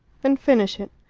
then finish it.